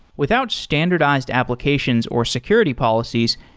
without standardized applications or security policies,